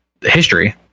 history